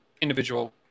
individual